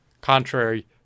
Contrary